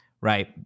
right